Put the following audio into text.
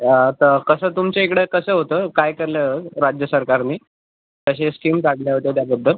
आता कसं तुमच्या इकडं कसं होतं काय केलं राज्य सरकारनी कसे स्कीम काढल्या होत्या त्याबद्दल